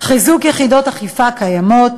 חיזוק יחידות אכיפה קיימות,